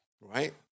right